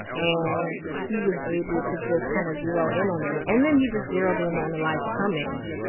and he was able to just kind of zero in on them. and then he just zeroed in on elijah cummings,